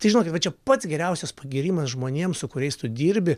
tai žinokit va čia pats geriausias pagyrimas žmonėms su kuriais tu dirbi